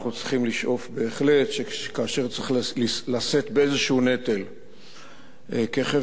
אנחנו צריכים בהחלט לשאוף שכאשר צריך לשאת באיזה נטל כחברה,